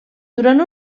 durant